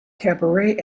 cabaret